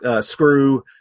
screw